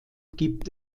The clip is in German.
gibt